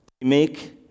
make